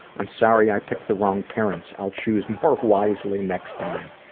i'm sorry i picked the wrong parents. i'll choose more wisely next time.